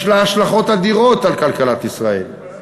יש לה השלכות אדירות על כלכלת ישראל.